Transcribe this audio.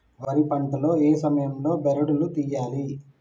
వరి పంట లో ఏ సమయం లో బెరడు లు తియ్యాలి?